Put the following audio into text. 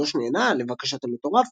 הקדוש נענה לבקשת המטורף,